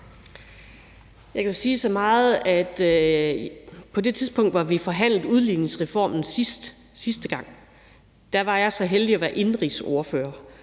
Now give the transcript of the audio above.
Jeg kan sige så meget, at på det tidspunkt, hvor vi forhandlede udligningsreformen sidste gang, var jeg så heldig at være indenrigsordfører,